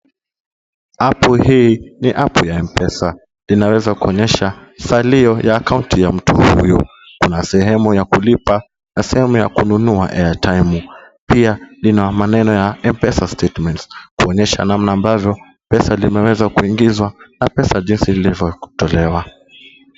app hii ni app ya Mpesa linaweza kuonyesha salio ya akaunti ya mtu huyu. Kuna sehemu ya kulipa, na sehemu ya kununua airtaimu . Pia ina maneno ya Mpesa Statement kuonyesha namna ambazo pesa zimeweza kuingizwa na pesa jinsi ilivyotolewa